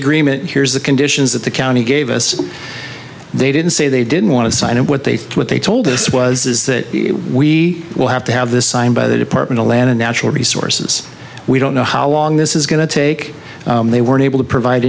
agreement here's the conditions that the county gave us they didn't say they didn't want to sign it what they thought what they told us was is that we will have to have this signed by the department allana natural resources we don't know how long this is going to take they weren't able to provide